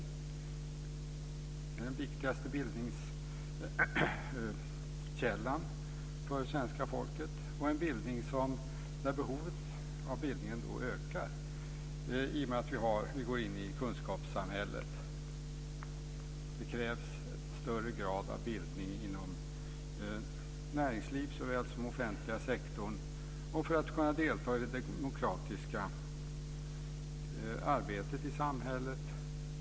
Det är den viktigaste bildningskällan för svenska folket, och behovet av den bildningen ökar i och med att vi går in i kunskapssamhället. Det krävs en större grad av bildning inom näringsliv såväl som inom den offentliga sektorn och för att kunna delta i det demokratiska arbetet i samhället.